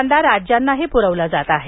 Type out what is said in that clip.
कांदा राज्यांनाही पुरवला जात आहे